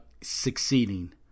succeeding